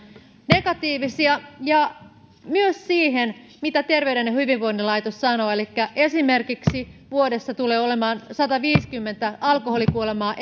negatiivisia ja myös siihen mitä terveyden ja hyvinvoinnin laitos sanoo elikkä esimerkiksi vuodessa tulee olemaan sataviisikymmentä alkoholikuolemaa